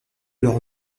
leur